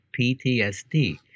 PTSD